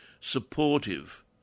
supportive